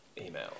email